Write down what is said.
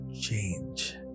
change